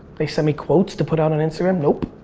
they send me quotes to put on an instagram, nope.